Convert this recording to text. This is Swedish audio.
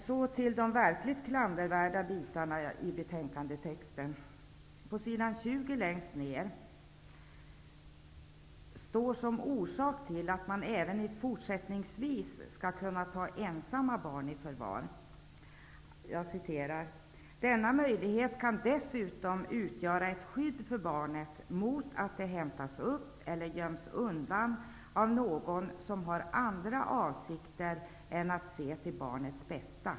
Så till de verkligt klandervärda bitarna i betänkandetexten. På s. 20 längst ner anges som orsak till att man även fortsättningsvis skall kunna ta ensamma barn i förvar följande: ''Denna möjlighet kan dessutom utgöra ett skydd för barnet mot att det hämtas upp eller göms undan av någon som har andra avsikter än att se till barnets bästa.''